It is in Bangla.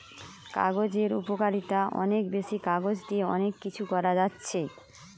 কাগজের উপকারিতা অনেক বেশি, কাগজ দিয়ে অনেক কিছু করা যাচ্ছে